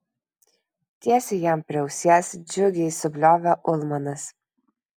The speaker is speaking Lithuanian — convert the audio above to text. tiesiai jam prie ausies džiugiai subliovė ulmanas